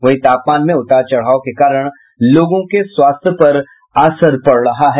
वहीं तापमान में उतार चढ़ाव के कारण लोगों के स्वास्थ्य पर असर पड़ रहा है